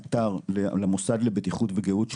למוסד לבטיחות וגהות,